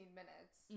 minutes